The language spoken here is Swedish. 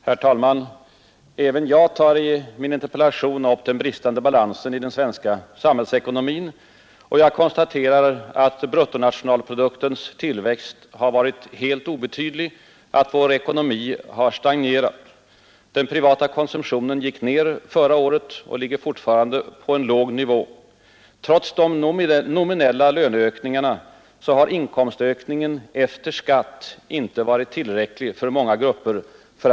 Herr talman! Den bristande balansen i den svenska samhällsekonomin har under de senaste åren blivit alltmer påtaglig. Under 1971 stannade bruttonationalproduktens tillväxt vid 0,3 procent och större delen därav var att hänföra till den offentliga sektorns expansion. Även under innevarande år beräknas ökningen bli obetydlig. Vår ekonomi har stagnerat. Under 1971 minskade den privata konsumtionen i förhållande till 1970. Trots nominella löneökningar har för betydande grupper inkomstökningen efter skatt icke varit tillräcklig för att kompensera de stigande priserna. rad nivå.